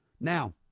Now